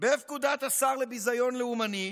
בפקודת השר לביזיון לאומני,